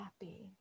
happy